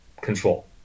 control